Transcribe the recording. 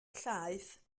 llaeth